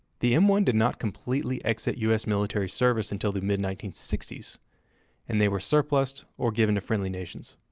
the m one did not completely exit us military service until the mid nineteen sixty s. and they were surplussed or given to friendly nations.